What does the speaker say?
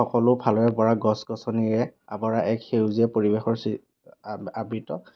সকলো ফালৰে পৰা গছ গছনিৰে আৱৰা এক সেউজীয়া পৰিৱেশৰ আবৃত